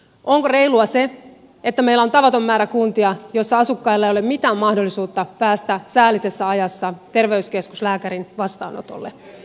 onko reilua se että meillä on tavaton määrä kuntia joissa asukkailla ei ole mitään mahdollisuutta päästä säällisessä ajassa terveyskeskuslääkärin vastaanotolle